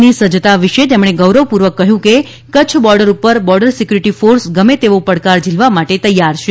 ની સજ્જતા વિષે તેમણે ગૌરવપૂર્વક કહ્યું કે કચ્છ બોર્ડર પર બોર્ડર સિક્યોરિટી ફોર્સ ગમે તેવો પડકાર ઝીલવા માટે તૈયાર છે